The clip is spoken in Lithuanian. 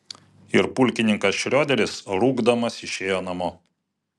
ir pulkininkas šrioderis rūgdamas išėjo namo